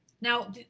Now